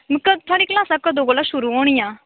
ते कदूं थुआढ़ी क्लॉसां कदूं शुरू होनियां